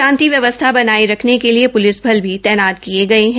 शांति व्यवस्था बनाये रखने के लिए प्लिस बल भी तैनात किये गये है